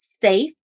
safe